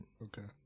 Okay